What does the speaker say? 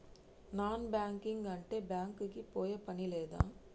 Non banking అంటే bank కి పోయే పని లేదా?